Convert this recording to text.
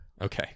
okay